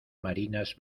marinas